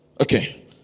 Okay